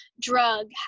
drug